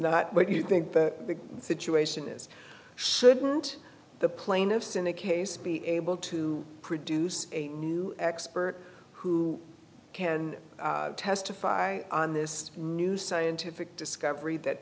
not what you think the big situation is shouldn't the plaintiffs in the case be able to produce a new expert who can testify on this new scientific discovery that